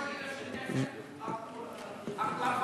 יכול להיות שצריך לעשות החלפה,